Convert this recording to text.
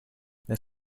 there